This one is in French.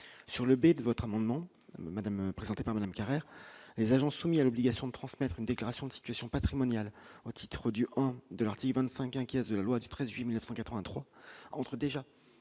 sur le B de votre amendement madame présenté par Madame Carrère, les agents soumis à l'obligation de transmettre une déclaration de situation patrimoniale au titre du de l'article 25, inquiète de la loi du 13 juillet 1983 entre déjà